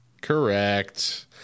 Correct